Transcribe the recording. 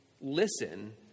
listen